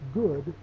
good